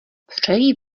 přeji